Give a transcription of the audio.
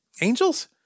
angels